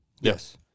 Yes